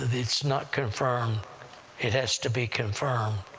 it's not confirmed it has to be confirmed,